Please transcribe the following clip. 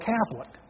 Catholic